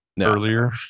earlier